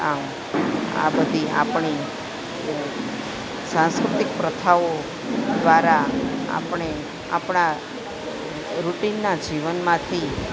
આમ આ બધી આપણી સાંસ્કૃતિક પ્રથાઓ દ્વારા આપણે આપણા રૂટિનના જીવનમાંથી